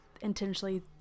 intentionally